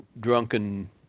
drunken